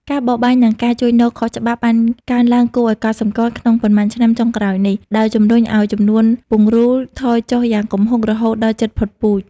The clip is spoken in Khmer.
ការបរបាញ់និងការជួញដូរខុសច្បាប់បានកើនឡើងគួរឲ្យកត់សម្គាល់ក្នុងប៉ុន្មានឆ្នាំចុងក្រោយនេះ ដោយជំរុញឲ្យចំនួនពង្រូលថយចុះយ៉ាងគំហុករហូតដល់ជិតផុតពូជ។